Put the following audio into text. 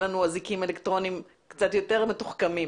לנו אזיקים אלקטרוניים קצת יותר מתוחכמים.